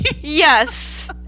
Yes